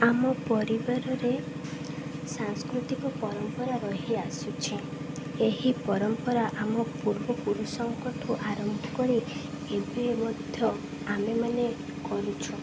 ଆମ ପରିବାରରେ ସାଂସ୍କୃତିକ ପରମ୍ପରା ରହିଆସୁଛି ଏହି ପରମ୍ପରା ଆମ ପୂର୍ବପୁରୁଷଙ୍କଠୁ ଆରମ୍ଭ କରି ଏବେ ମଧ୍ୟ ଆମେମାନେ କରୁଛୁ